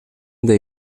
daj